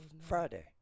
Friday